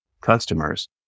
customers